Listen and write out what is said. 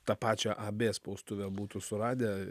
tą pačią ab spaustuvę būtų suradę